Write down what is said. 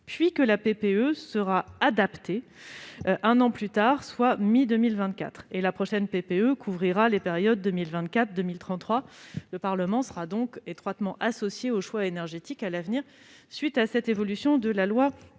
puis que la PPE sera adaptée un an plus tard, soit à la mi-2024. La prochaine PPE couvrira les périodes 2024-2033. Le Parlement sera donc étroitement associé aux choix énergétiques à l'avenir, en application, donc, de la loi